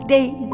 day